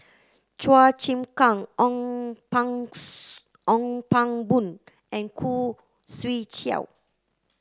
Chua Chim Kang Ong Pang Ong Pang Boon and Khoo Swee Chiow